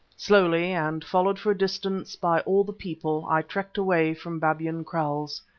slowly, and followed for a distance by all the people, i trekked away from babyan kraals.